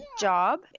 job